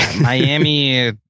Miami